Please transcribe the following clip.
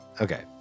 Okay